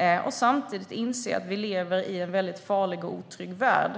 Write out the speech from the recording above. Samtidigt är det viktigt att inse att vi lever i en väldigt farlig och otrygg värld.